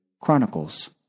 Chronicles